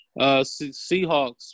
Seahawks